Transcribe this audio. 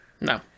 No